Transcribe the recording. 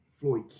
Floyd